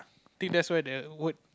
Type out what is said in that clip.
think there's where the word